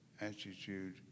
attitude